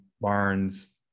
Barnes